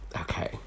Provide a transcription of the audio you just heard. Okay